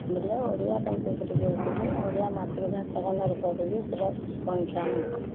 ବୋଲେ ଓଡ଼ିଆ କେନ୍ତିକିରି କହିବେ ଓଡ଼ିଆ ମାତୃଭାଷା କେନ୍ତାକରି କହିବେ ସେଇଟା ଶିଖୁନ୍ ଛୁଆମାନଙ୍କୁ